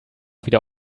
wieder